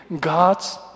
God's